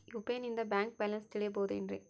UPI ನಿಂದ bank balance ತಿಳಿಬಹುದೇನ್ರಿ?